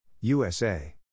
USA